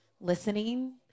listening